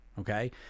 Okay